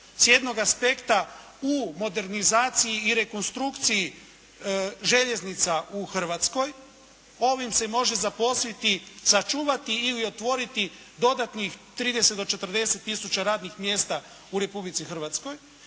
S jednog aspekta u modernizaciji i rekonstrukciji željeznica u Hrvatskoj ovim se može zaposliti, sačuvati ili otvoriti dodatnih 30 do 40 tisuća radnih mjesta u Republici Hrvatskoj.